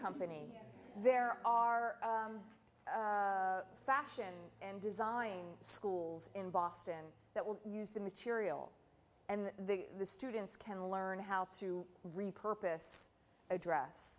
company there are fashion and design schools in boston that will use the material and then the students can learn how to repurpose a dress